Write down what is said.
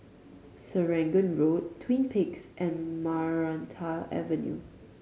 Serangoon Road Twin Peaks and Maranta Avenue